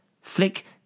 Flick